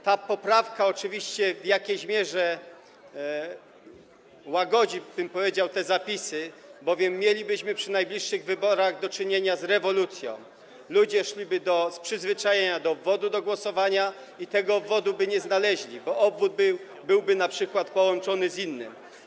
Ta poprawka oczywiście w jakiejś mierze łagodzi, powiedziałbym, te zapisy, bowiem mielibyśmy przy najbliższych wyborach do czynienia z rewolucją: ludzie szliby z przyzwyczajenia do obwodu do głosowania i tego obwodu by nie znaleźli, bo obwód byłby np. połączony z innym.